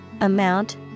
amount